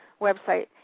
website